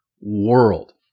world